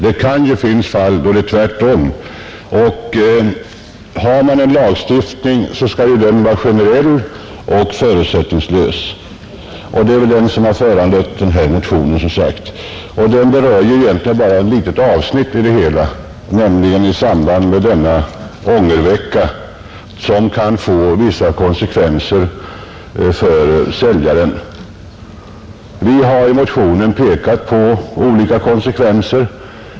Det kan ju finnas fall då det är tvärtom, och har man en lagstiftning skall den ju vara generell och förutsättningslös. Det är som sagt detta som har föranlett motionen, och den berör ju egentligen bara ett litet avsnitt av det hela, nämligen denna ångervecka som kan få vissa konsekvenser för säljaren. Vi har i motionen pekat på olika konsekvenser.